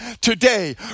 Today